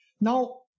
Now